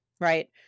right